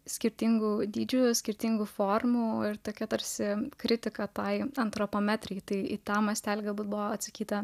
skirtingų dydžių skirtingų formų ir tokia tarsi kritika tai jums antropometrijai tai į tą mastelį buvo atsakyta